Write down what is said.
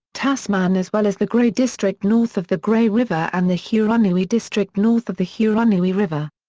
tasman as well as the grey district north of the grey river and the hurunui district north of the hurunui river.